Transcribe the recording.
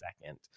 second